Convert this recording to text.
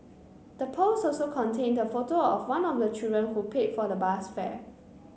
the post also contained a photo of one of the children who paid for the bus fare